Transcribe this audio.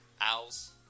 Owls